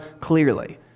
clearly